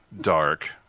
dark